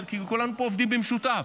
כולם פה עובדים במשותף.